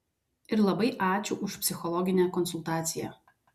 ir labai ačiū už psichologinę konsultaciją